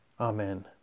Amen